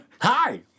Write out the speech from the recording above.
Hi